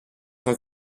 tant